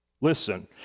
listen